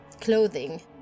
clothing